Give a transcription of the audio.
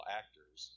actors